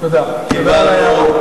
קיבלנו.